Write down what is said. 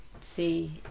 see